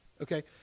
Okay